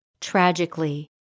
Tragically